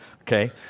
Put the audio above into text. Okay